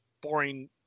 boring